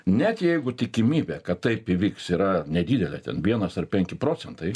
net jeigu tikimybė kad taip įvyks yra nedidelė ten vienas ar penki procentai